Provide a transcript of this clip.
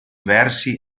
versi